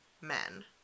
men